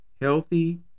Healthy